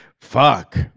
fuck